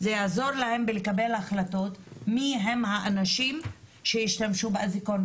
זה יעזור להם בלקבל החלטות מי הם האנשים שישתמשו באזיקון.